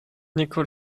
niko